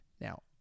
Now